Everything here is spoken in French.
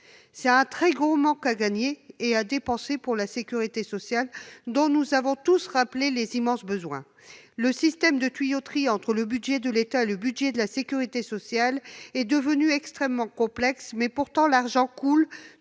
d'un très gros manque à gagner- et à dépenser -pour la sécurité sociale, dont nous avons tous rappelé les immenses besoins. Le système de tuyauterie entre le budget de l'État et celui de la sécurité sociale est devenu extrêmement complexe, mais l'argent coule